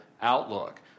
outlook